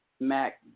Mac